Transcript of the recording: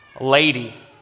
Lady